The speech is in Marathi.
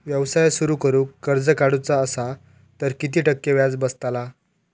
व्यवसाय सुरु करूक कर्ज काढूचा असा तर किती टक्के व्याज बसतला?